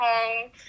home